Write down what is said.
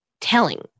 telling